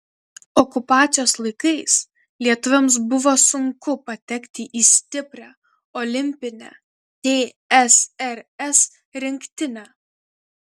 okupacijos laikais lietuviams buvo sunku patekti į stiprią olimpinę tsrs rinktinę